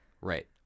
Right